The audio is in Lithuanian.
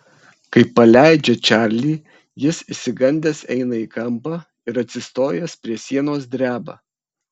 kai paleidžia čarlį jis išsigandęs eina į kampą ir atsistojęs prie sienos dreba